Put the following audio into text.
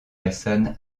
hassan